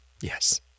Yes